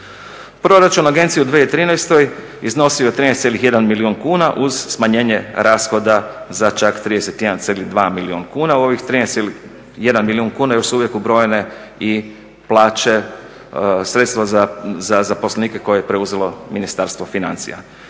Proračun agencije u 2013. iznosio je 13,1 milijun kuna uz smanjenje rashoda za čak 31,2 milijuna kuna. U ovih 13,1 milijun kuna još su uvijek ubrojene i plaće, sredstva za zaposlenike koje je preuzelo Ministarstvo financija.